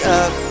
up